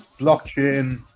Blockchain